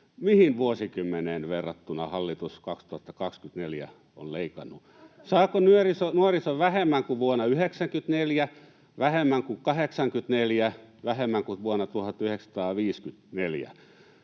Mihin vuosikymmeneen verrattuna hallitus 2024 on leikannut? Saako nuoriso vähemmän kuin vuonna 94, vähemmän kuin 84, vähemmän kuin vuonna 1954?